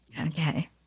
Okay